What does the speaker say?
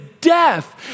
death